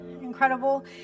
incredible